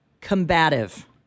Combative